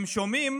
הם שומעים